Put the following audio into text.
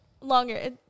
longer